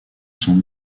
son